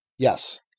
Yes